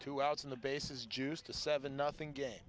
two outs in the bases juice to seven nothing game